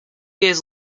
years